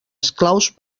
esclaus